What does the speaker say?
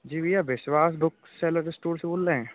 जी भैया Vishwas book seller store से बोल रहे हैं